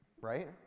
Right